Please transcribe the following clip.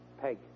Peg